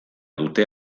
dute